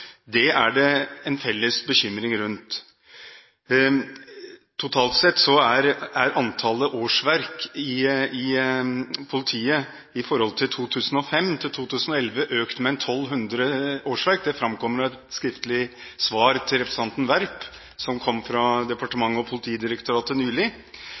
Totalt sett er antallet årsverk i politiet økt med ca. 1 200 fra 2005 til 2011. Det framkommer i et skriftlig svar til representanten Werp fra departementet og Politidirektoratet nylig.